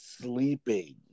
Sleeping